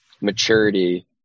maturity